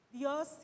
Dios